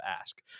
ask